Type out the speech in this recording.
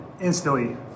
instantly